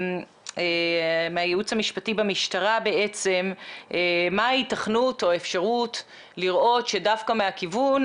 מהייעוץ המשפטי במשטרה מה ההיתכנות או האפשרות לראות שדווקא מהכיוון